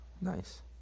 Nice